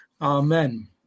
Amen